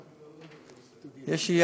איננה.